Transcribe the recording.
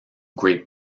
great